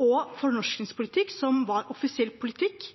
og en fornorskingspolitikk som var offisiell politikk